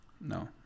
No